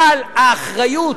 אבל האחריות,